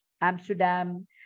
Amsterdam